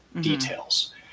details